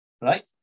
Right